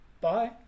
bye